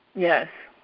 yes,